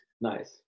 Nice